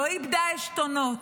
לא איבדה עשתונות,